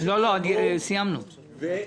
אנשים שיבואו.